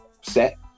set